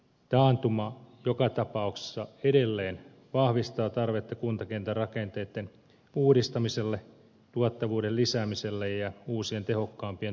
taantuma joka tapauksessa edelleen vahvistaa tarvetta kuntakentän rakenteitten uudistamiselle tuottavuuden lisäämiselle ja uusien tehokkaampien toimintatapojen kehittämiselle